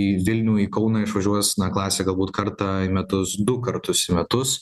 į vilnių į kauną išvažiuos na klasė galbūt kartą į metus du kartus į metus